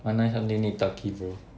one nine something need turkey bro